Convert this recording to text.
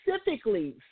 specifically